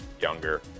younger